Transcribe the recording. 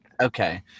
Okay